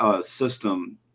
system